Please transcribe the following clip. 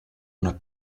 una